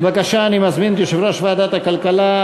אני מזמין את יושב-ראש ועדת הכלכלה,